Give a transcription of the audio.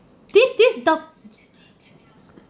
this this doc~